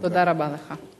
תודה רבה לך.